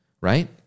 right